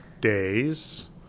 days